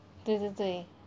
对对对